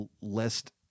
list